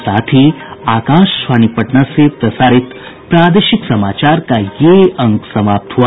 इसके साथ ही आकाशवाणी पटना से प्रसारित प्रादेशिक समाचार का ये अंक समाप्त हुआ